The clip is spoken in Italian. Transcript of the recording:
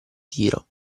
tiro